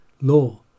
law